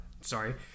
Sorry